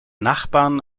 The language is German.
nachbarn